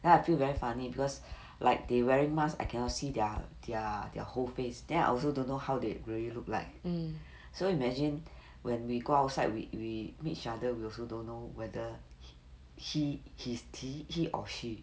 then I feel very funny because like they wearing masks I cannot see their their their whole face then I also don't know how they really look like so imagine when we go outside we we meet each other we also don't know whether he is he he or she